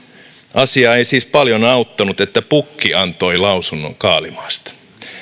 asiaa ei siis paljon auttanut että pukki antoi lausunnon kaalimaasta